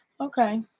Okay